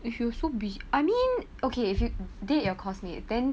if you so bus~ I mean okay if you date your course mate then